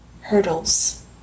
hurdles